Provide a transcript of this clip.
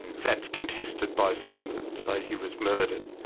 and that's contested by some that say he was murdered.